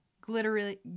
Glittery